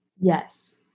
Yes